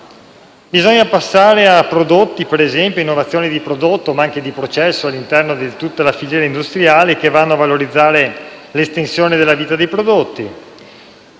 in questa direzione - per esempio, a innovazione di prodotto ma anche di processo all'interno di tutta la filiera industriale al fine di valorizzare l'estensione della vita dei prodotti.